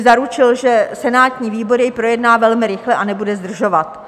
... zaručil, že senátní výbor jej projedná velmi rychle a nebude zdržovat.